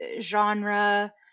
genre